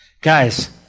Guys